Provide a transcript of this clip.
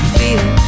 feel